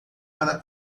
para